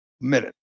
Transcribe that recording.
minute